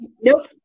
Nope